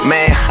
Man